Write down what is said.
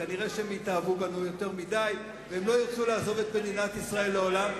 כנראה הם התאהבו בנו יותר מדי והם לא ירצו לעזוב את מדינת ישראל לעולם,